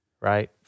right